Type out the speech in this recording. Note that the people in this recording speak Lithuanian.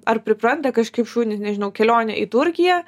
ar pripranta kažkaip šunys nežinau kelionė į turkiją